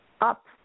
up